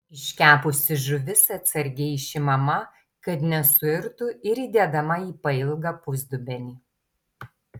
iškepusi žuvis atsargiai išimama kad nesuirtų ir įdedama į pailgą pusdubenį